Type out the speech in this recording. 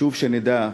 חשוב שנדע,